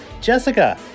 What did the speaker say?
Jessica